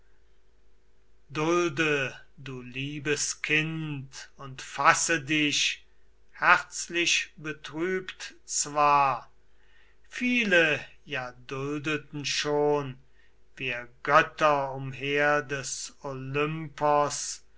dulde du liebes kind und fasse dich herzlich betrübt zwar viele ja duldeten schon wir götter umher des